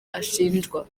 ashinjwa